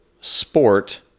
sport